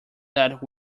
that